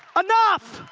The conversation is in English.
enough.